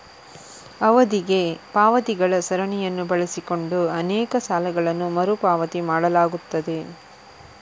ಅವಧಿಗೆ ಪಾವತಿಗಳ ಸರಣಿಯನ್ನು ಬಳಸಿಕೊಂಡು ಅನೇಕ ಸಾಲಗಳನ್ನು ಮರು ಪಾವತಿ ಮಾಡಲಾಗುತ್ತದೆ